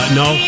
no